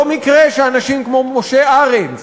לא מקרה שאנשים כמו משה ארנס,